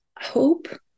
hope